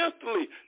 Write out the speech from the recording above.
instantly